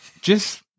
just-